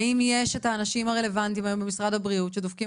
האם יש את האנשים הרלוונטיים היום במשרד הבריאות שדופקים